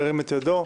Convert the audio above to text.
ירים את ידו.